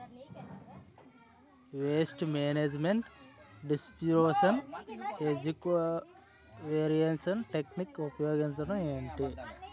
paste management distribution ఏజ్జి covariance technique ఉపయోగం ఏంటి